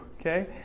okay